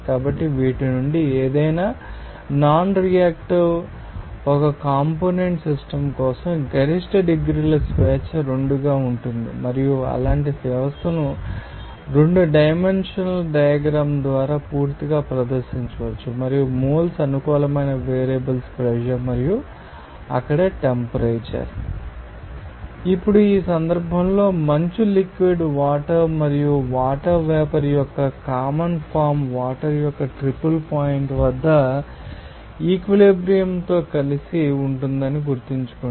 కాబట్టి వీటి నుండి ఏదైనా నాన్ రియాక్టివ్ 1 కాంపోనెంట్ సిస్టమ్ కోసం గరిష్ట డిగ్రీల స్వేచ్ఛ 2 గా ఉంటుంది మరియు అలాంటి వ్యవస్థను 2 డైమెన్షనల్ డయాగ్రమ్ ద్వారా పూర్తిగా ప్రదర్శించవచ్చు మరియు మోల్స్ అనుకూలమైన వేరియబుల్స్ ప్రెషర్ మరియు అక్కడ టెంపరేచర్ ఇప్పుడు ఈ సందర్భంలో మంచు లిక్విడ్ వాటర్ మరియు వాటర్ వేపర్ యొక్క కామన్ ఫామ్ వాటర్ యొక్క ట్రిపుల్ పాయింట్ వద్ద ఈక్విలిబ్రియం లో కలిసి ఉంటుందని గుర్తుంచుకోండి